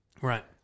Right